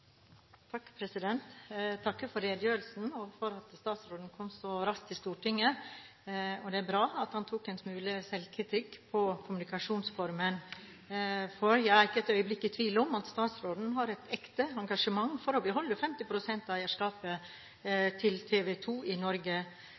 for at statsråden kom så raskt til Stortinget. Det er bra at han tok en smule selvkritikk på kommunikasjonsformen, for jeg er ikke et øyeblikk i tvil om at statsråden har et ekte engasjement for å beholde 50 pst. av eierskapet